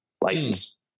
license